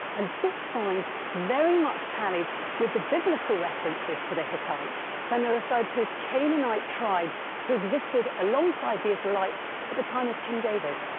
and this find very much tallies with the biblical references to the hittites when they're referred to as canaanite tribes who existed alongside the israelites at the time of king david.